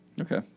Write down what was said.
Okay